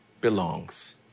belongs